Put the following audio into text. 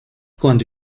cuando